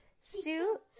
stew